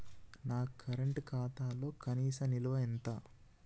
నా కరెంట్ ఖాతాలో కనీస నిల్వ ఎంత?